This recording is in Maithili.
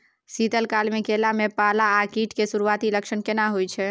शीत काल में केला में पाला आ कीट के सुरूआती लक्षण केना हौय छै?